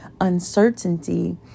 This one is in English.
uncertainty